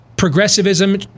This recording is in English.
Progressivism